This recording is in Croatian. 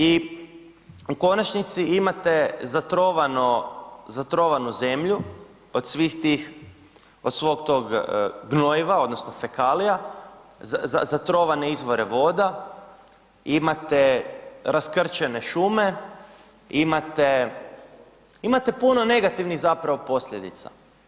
I u konačnici imate zatrovao, zatrovanu zemlju od svih tih, od svog tog gnojiva odnosno fekalija, zatrovane izvore voda, imate raskrčene šume, imate, imate puno negativnih zapravo posljedica.